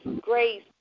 grace